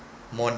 morning